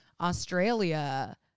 Australia